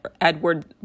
Edward